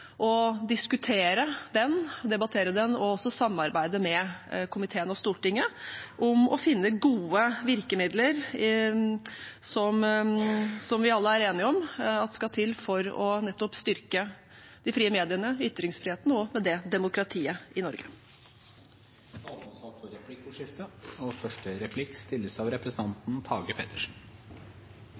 diskutere den, debattere den og også samarbeide med komiteen og Stortinget om å finne gode virkemidler, som vi alle er enige om at skal til for å nettopp å styrke de frie mediene, ytringsfriheten og med det demokratiet i Norge. Det blir replikkordskifte. Igjen har jeg lyst til å takke statsråden for redegjørelsen og